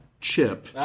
chip